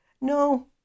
No